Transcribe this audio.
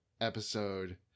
episode